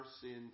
sin